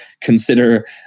consider